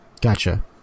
Gotcha